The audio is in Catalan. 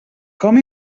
com